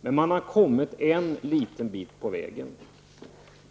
Men man har kommit en liten bit på vägen.